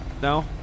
No